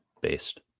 based